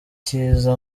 cyiza